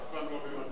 אף פעם לא ב-260%.